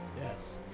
Yes